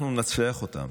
אנחנו ננצח אותם.